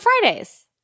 Fridays